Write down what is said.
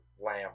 lamb